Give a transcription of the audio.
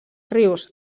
rius